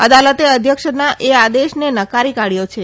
અદાલતે અધ્યક્ષના એ આદેશને નકારી કાઢયો છે